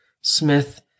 Smith